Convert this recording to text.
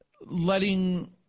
letting –